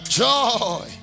joy